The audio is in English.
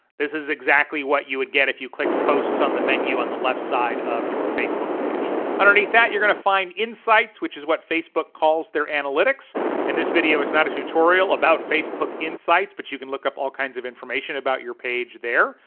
this is exactly what you would get if you clicked posts on the menu on the left side of your facebook page. underneath that, you're gonna find insights, which is what facebook calls their analytics and this video is not a tutorial about facebook insights, but you can look up all kinds of information about your page there.